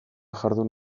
jardun